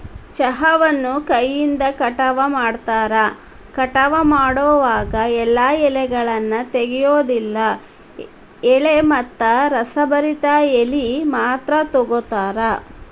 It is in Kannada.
ಚಹಾವನ್ನು ಕೈಯಿಂದ ಕಟಾವ ಮಾಡ್ತಾರ, ಕಟಾವ ಮಾಡೋವಾಗ ಎಲ್ಲಾ ಎಲೆಗಳನ್ನ ತೆಗಿಯೋದಿಲ್ಲ ಎಳೆ ಮತ್ತ ರಸಭರಿತ ಎಲಿ ಮಾತ್ರ ತಗೋತಾರ